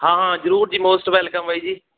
ਹਾਂ ਹਾਂ ਜ਼ਰੂਰ ਜੀ ਮੋਸਟ ਵੈਲਕਮ ਬਾਈ ਜੀ